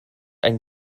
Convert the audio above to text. ein